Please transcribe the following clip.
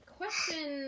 question